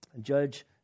Judge